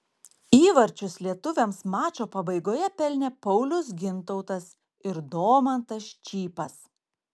įvarčius lietuviams mačo pabaigoje pelnė paulius gintautas ir domantas čypas